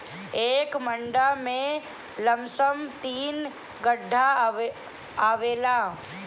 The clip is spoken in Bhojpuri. एक मंडा में लमसम तीन कट्ठा आवेला